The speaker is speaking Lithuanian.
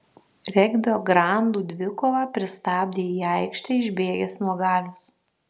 regbio grandų dvikovą pristabdė į aikštę išbėgęs nuogalius